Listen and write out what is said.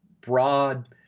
broad